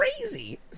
crazy